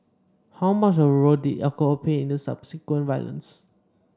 how much of a role did alcohol play in the subsequent violence